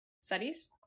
studies